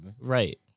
Right